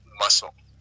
muscle，